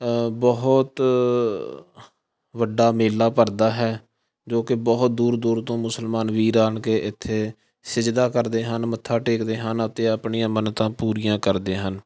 ਬਹੁਤ ਵੱਡਾ ਮੇਲਾ ਭਰਦਾ ਹੈ ਜੋ ਕਿ ਬਹੁਤ ਦੂਰ ਦੂਰ ਤੋਂ ਮੁਸਲਮਾਨ ਵੀਰ ਆਣ ਕੇ ਇੱਥੇ ਸਿਜਦਾ ਕਰਦੇ ਹਨ ਮੱਥਾ ਟੇਕਦੇ ਹਨ ਅਤੇ ਆਪਣੀਆਂ ਮੰਨਤਾਂ ਪੂਰੀਆਂ ਕਰਦੇ ਹਨ